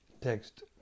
Text